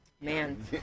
Man